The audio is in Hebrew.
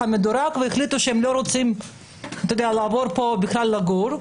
המדורג והחליטו שהם לא רוצים לעבור לגור פה,